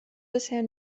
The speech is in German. bisher